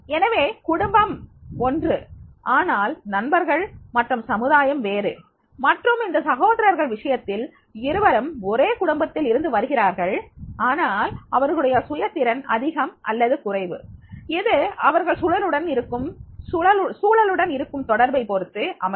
எனவே குடும்பம் ஒன்று ஆனால் நண்பர்கள் மற்றும் சமுதாயம் வேறு மற்றும் இந்த சகோதரர்கள் விஷயத்தில் இருவரும் ஒரே குடும்பத்தில் இருந்து வருகிறார்கள் ஆனால் அவர்களுடைய சுய திறன் அதிகம் அல்லது குறைவு இது அவர்கள் சூழலுடன் இருக்கும் தொடர்பை பொறுத்து அமையும்